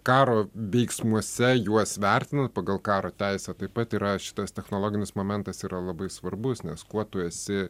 karo veiksmuose juos vertinant pagal karo teisę taip pat yra šitas technologinis momentas yra labai svarbus nes kuo tu esi